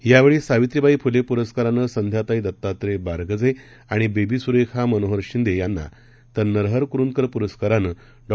यावेळीसावित्रीबाईफुलेपुरस्कारानंसंध्याताईदत्तात्रेयबारगजे आणिबेबीसुरेखामनोहरशिंदेयांना तरनरहरकुरुंदकरपुरस्कारानंडॉ